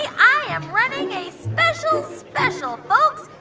i am running a special special, folks.